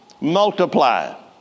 Multiply